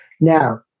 Now